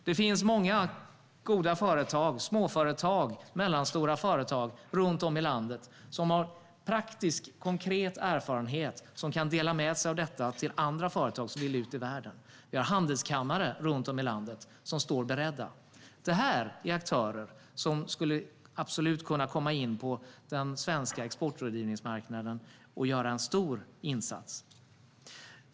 Det finns många goda företag runt om i landet, småföretag och mellanstora företag, som har praktisk konkret erfarenhet och kan dela med sig av den till företag som vill ut i världen. Vi har också handelskamrar runt om i landet som står beredda. Det är aktörer som absolut skulle kunna komma in på den svenska exportrådgivningsmarknaden och göra en stor insats.